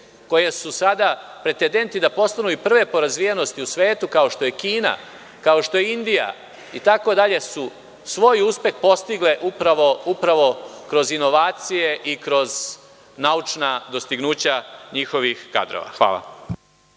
koje su sada pretendenti da postanu i prve po razvijenosti u svetu, kao što je Kina, kao što je Indija itd, su svoj uspeh postigle upravo kroz inovacije i kroz naučna dostignuća njihovih kadrova. Hvala.